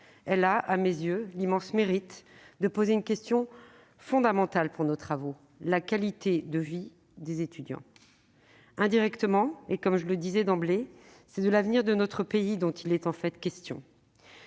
Elle a, à mes yeux, l'immense mérite de poser une question fondamentale pour nos travaux : celle de la qualité de vie des étudiants. Indirectement, comme je l'ai dit d'emblée, c'est de l'avenir de notre pays qu'il est en fait question.